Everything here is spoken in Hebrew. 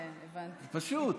פשוט.